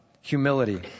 Humility